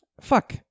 Fuck